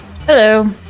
Hello